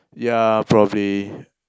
ya probably